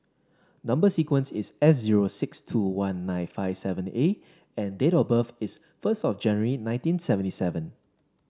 number sequence is S zero six two one nine five seven A and date of birth is first of January nineteen seventy seven